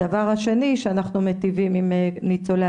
הדבר השני שאנחנו מטיבים עם ניצולי